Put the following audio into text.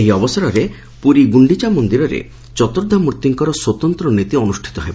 ଏହି ଅବସରରେ ପୁରୀ ଗୁଣ୍ଡିଚା ମନ୍ଦିରରେ ଚତିର୍ଦ୍ଧାମ୍ର୍ଭିଙ୍କର ସ୍ୱତନ୍ତ ନୀତି ଅନୁଷ୍ଚିତ ହେବ